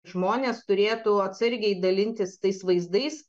žmonės turėtų atsargiai dalintis tais vaizdais